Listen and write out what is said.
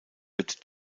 wird